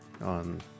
on